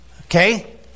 Okay